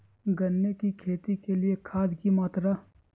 गन्ने की खेती के लिए खाद की मात्रा?